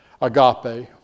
agape